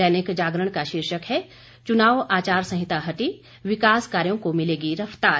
दैनिक जागरण का शीर्षक है चुनाव आचार संहिता हटी विकास कार्यों को मिलेगी रफ्तार